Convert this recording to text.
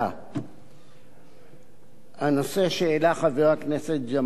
הנושא שהעלה חבר הכנסת ג'מאל זחאלקה